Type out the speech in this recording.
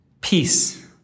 Peace